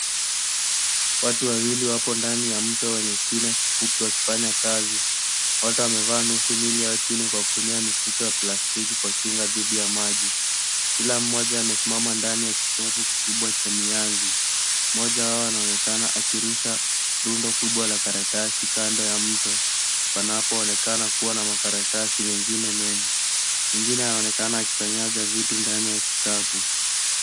Watu wawili wapo ndani ya mto wakiwa na nguo fupi za kufanya kazi. Watu wamevaa nguo za plastiki kwa kinga dhidi ya maji. Kila mmoja yupo mezani ndani ya mkondo mkubwa wa maji. Mmoja anaonekana akirusha rundo kubwa la karatasi kando ya mto. Wanaapo wanaonekana kuwa na makaratasi mengine. Mwingine anaonekana akikanyaga vitu ndani ya kikapu.